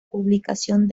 publicación